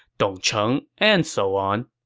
dong cheng, and so on.